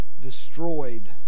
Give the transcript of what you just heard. destroyed